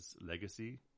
legacy